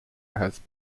has